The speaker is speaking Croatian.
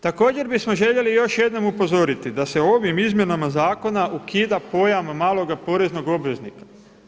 Također bismo željeli još jednom upozoriti da se ovim izmjenama zakona ukida pojam malog poreznog obveznika.